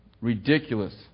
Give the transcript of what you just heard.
ridiculous